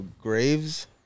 Graves